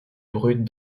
brut